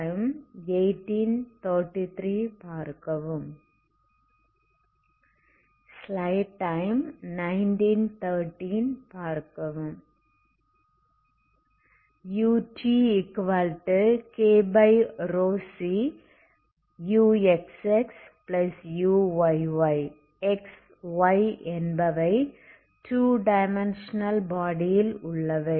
utkρcuxxuyy x y என்பவை 2 dimensional body யில் உள்ளவை